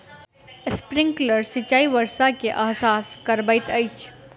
sprinkler सिचाई वर्षा के एहसास करबैत अछि